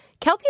Kelty